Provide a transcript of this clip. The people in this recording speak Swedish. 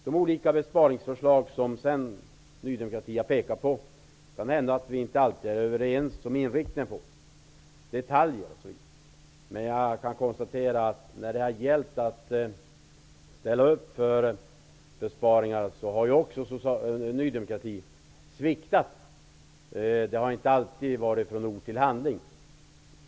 De olika besparingsförslag som Ny demokrati har pekat på kanske vi inte alltid är överens om vad gäller inriktningen. Det handlar mest om detaljer. Men när det har gällt att ställa upp för besparingar har även Ny demokrati sviktat. Det man har sagt har inte alltid gått från ord till handling.